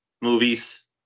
movies